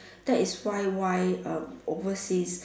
that is why why um overseas